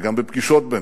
וגם בפגישות בינינו,